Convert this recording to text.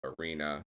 Arena